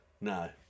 no